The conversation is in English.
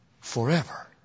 forever